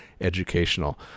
educational